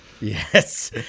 Yes